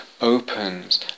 opens